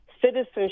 citizenship